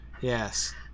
yes